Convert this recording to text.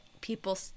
people